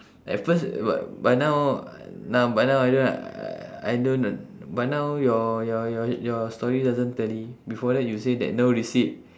at first but by now now by now already right I don't by now your your your your story doesn't tally before that you say that no receipt